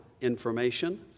information